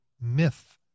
myth